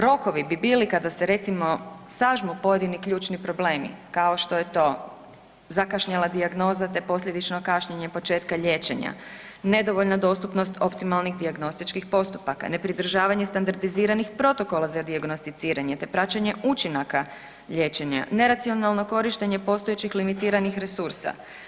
Rokovi bi bili kada se recimo sažmu pojedini ključni problemi kao što je to zakašnjela dijagnoza te posljedično kašnjenje početka liječenja, nedovoljna dostupnost optimalnih dijagnostičkih postupaka, nepridržavanje standardiziranih protokola za dijagnosticiranje te praćenje učinaka liječenja, neracionalno korištenje postojećih limitiranih resursa.